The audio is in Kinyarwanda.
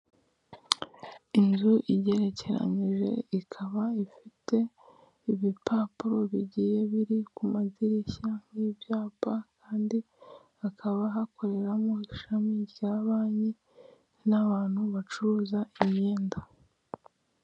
Inzu igerekeranyije ikaba ifite ibipapuro bigiye biri ku madirishya nk'ibyapa kandi hakaba hakoreramo ishami rya banki n'abantu bacuruza imyenda .